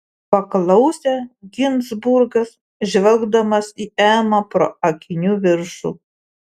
paklausė ginzburgas žvelgdamas į emą pro akinių viršų